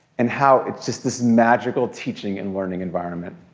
and how it's just this magical teaching and learning environment.